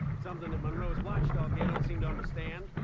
something that monroe's watchdog here don't seem to understand.